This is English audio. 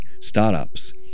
startups